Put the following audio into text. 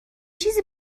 چیزی